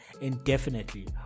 indefinitely